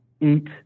eat